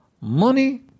money